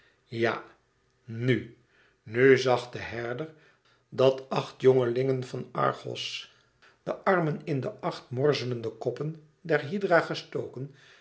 ja nu nu zag de herder dat acht jongelingen van argos de armen in de acht morzele koppen der hydra gestoken